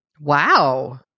Wow